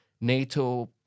NATO